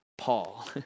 Paul